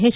H